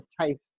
taste